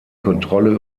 kontrolle